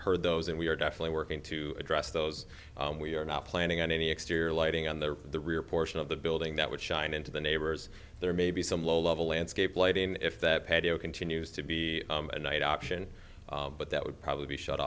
heard those and we are definitely working to address those we are not planning on any exterior lighting on there the rear portion of the building that would shine into the neighbors there maybe some low level landscape lighting if that patio continues to be a night option but that would probably be shut